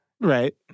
Right